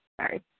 Sorry